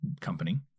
company